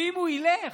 ואם הוא ילך,